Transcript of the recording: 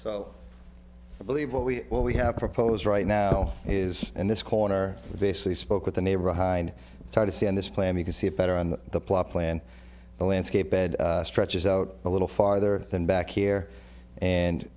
so i believe what we what we have proposed right now is in this corner basically spoke with the neighbor hind to try to see in this plan you can see it better on the plot plan the landscape bed stretches out a little farther than back here and